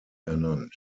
ernannt